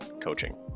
coaching